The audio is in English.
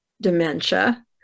dementia